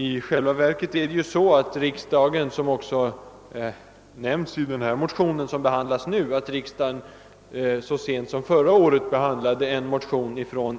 I själva verket behandlade riksdagen, något som också nämns i motionen och utskottets utlåtande, så sent som förra året en motion från